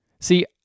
See